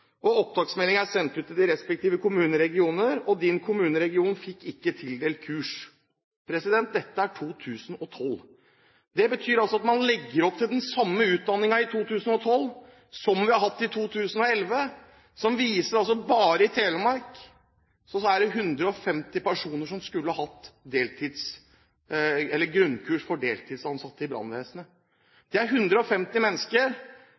og opptaksmelding er sendt ut til de respektive kommuner/regioner. Din kommune/region fikk ikke tildelt kurs.» Dette er 2012. Det betyr altså at man legger opp til den samme utdanningen i 2012 som vi har hatt i 2011, som viser at bare i Telemark er det 150 personer som skulle hatt grunnkurs for deltidsansatte i